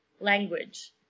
language